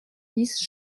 dix